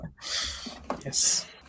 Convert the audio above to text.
Yes